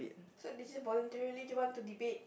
so did you voluntarily want to debate